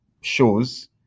shows